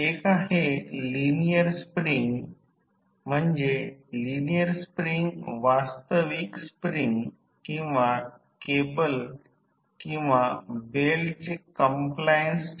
म्हणूनच या नुकसानीस भार नाही रोहीत्रमध्ये वाइंडिंग कमी होणे नगण्य आहे